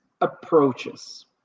approaches